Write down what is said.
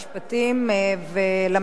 למציעים יש זכות תגובה.